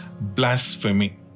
blasphemy